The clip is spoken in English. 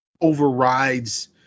overrides